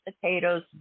potatoes